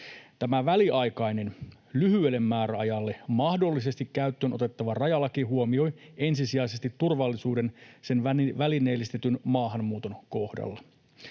Tämä väliaikainen, lyhyelle määräajalle mahdollisesti käyttöön otettava rajalaki huomioi ensisijaisesti turvallisuuden sen välineellistetyn maahanmuuton kohdalla.